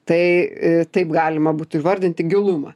tai taip galima būtų įvardinti gilumą